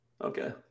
Okay